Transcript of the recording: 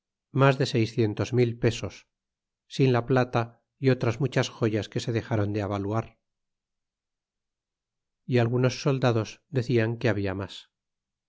mas de seiscientos mil pesos sin la plata le otras muchas joyas que se dexron de avaluar y algunos soldados dedal que habia mas